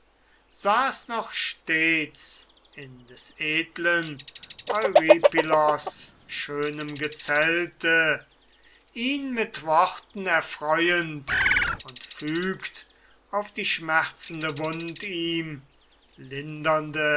saß noch stets in des edlen eurypylos schönem gezelte ihn mit worten erfreuend und fügt auf die schmerzende wund ihm lindernde